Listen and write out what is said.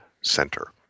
center